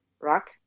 rock